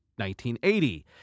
1980